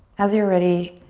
as you're ready